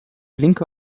linke